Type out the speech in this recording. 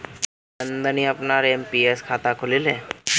नंदनी अपनार एन.पी.एस खाता खोलले